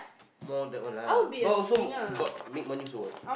more that one lah but also got make money also what